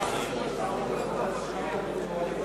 הצעת סיעת קדימה להביע